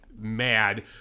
mad